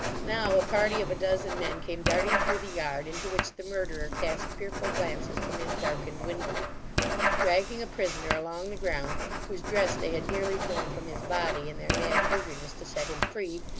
now a party of a dozen men came darting through the yard into which the murderer cast fearful glances from his darkened window dragging a prisoner along the ground whose dress they had nearly torn from his body in their mad eagerness to set him free,